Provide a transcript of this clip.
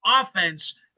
offense